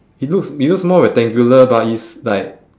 it looks it looks more rectangular but it's like